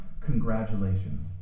congratulations